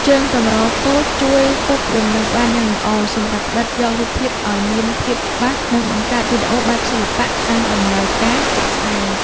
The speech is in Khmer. ជើងទម្រតូចជួយទប់លំនឹងបានយ៉ាងល្អ សម្រាប់ផ្ដិតយករូបភាពឱ្យមានភាពច្បាស់ និង បង្កើតវីដេអូបែបសិល្បៈតាមតម្រូវការជាក់ស្ដែង។